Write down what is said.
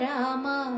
Rama